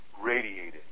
radiated